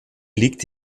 liegt